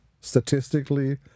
statistically